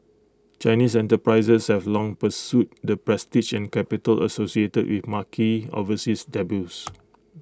Chinese enterprises have long pursued the prestige and capital associated with marquee overseas debuts